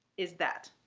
is that,